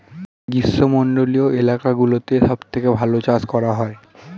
গ্রীষ্মমণ্ডলীয় এলাকাগুলোতে সবথেকে ভালো চাষ করা যায়